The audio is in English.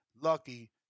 lucky